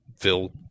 Phil